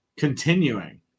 Continuing